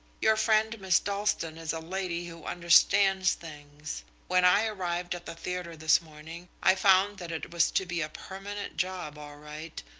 your friend miss dalstan is a lady who understands things. when i arrived at the theatre this morning i found that it was to be a permanent job all right,